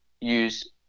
use